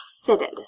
fitted